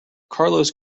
carlos